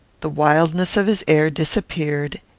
the wildness of his air disappeared,